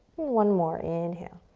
one more, inhale,